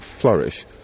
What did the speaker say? flourish